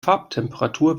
farbtemperatur